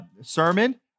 sermon